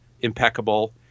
impeccable